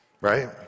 right